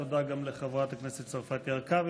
תודה גם לחברת הכנסת צרפתי הרכבי.